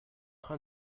train